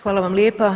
Hvala vam lijepa.